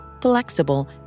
flexible